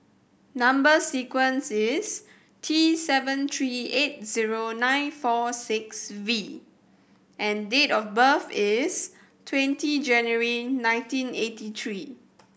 number sequence is T seven three eight zero nine four six V and date of birth is twenty January nineteen eighty three